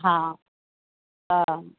हा त